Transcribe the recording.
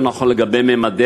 יותר נכון לממדיה,